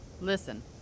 Listen